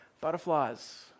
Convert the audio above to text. butterflies